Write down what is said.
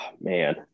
Man